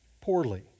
poorly